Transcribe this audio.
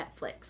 Netflix